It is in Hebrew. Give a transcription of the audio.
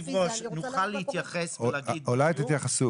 החרדית ברשויות ובתאגידים ציבוריים (תיקוני חקיקה),